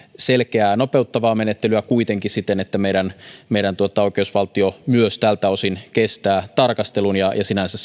selkeää ja nopeuttavaa menettelyä kuitenkin siten että meidän meidän oikeusvaltiomme myös tältä osin kestää tarkastelun ja ja sinänsä